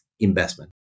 investment